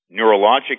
neurologic